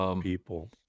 people